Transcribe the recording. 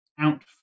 Out